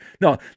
No